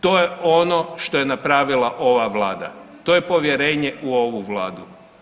To je ono što je napravila ova vlada, to je povjerenje u ovu vladu.